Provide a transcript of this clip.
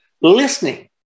listening